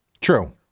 True